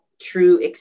true